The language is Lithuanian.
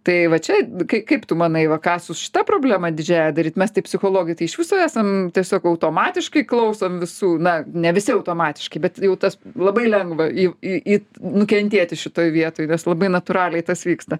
tai va čia ka kaip tu manai va ką su šita problema didžiąja daryt mes tai psichologai tai iš viso esam tiesiog automatiškai klausom visų na ne visi automatiškai bet jau tas labai lengva į į nukentėti šitoj vietoj mes labai natūraliai tas vyksta